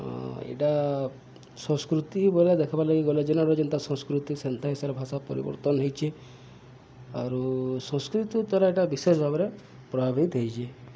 ଏଇଟା ସଂସ୍କୃତି ବଲେ ଦେଖବାର ଲାଗି ଗଲେ ଜନାରୁ ଯେନ୍ତା ସଂସ୍କୃତି ସେନ୍ତା ହିସାବର ଭାଷା ପରିବର୍ତ୍ତନ ହେଇଚି ଆରୁ ସଂସ୍କୃତି ଦ୍ୱାରା ଏଇଟା ବିଶେଷ ଭାବରେ ପ୍ରଭାବିତ ହେଇଚି